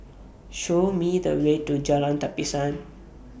Show Me The Way to Jalan Tapisan